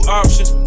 options